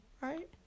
right